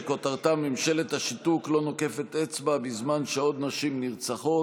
שכותרתה: ממשלת השיתוק לא נוקפת אצבע בזמן שעוד נשים נרצחות.